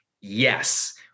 Yes